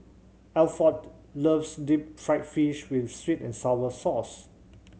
Alford loves deep fried fish with sweet and sour sauce